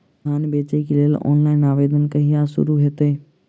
धान बेचै केँ लेल ऑनलाइन आवेदन कहिया शुरू हेतइ?